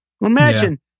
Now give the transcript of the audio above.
Imagine